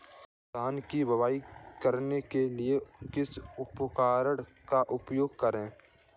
धान की बुवाई करने के लिए किस उपकरण का उपयोग करें?